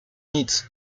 nic